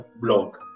blog